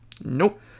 Nope